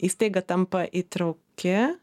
įstaiga tampa įtrauki